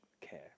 care